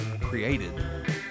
created